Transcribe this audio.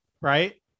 right